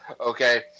Okay